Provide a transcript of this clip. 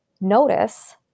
notice